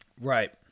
Right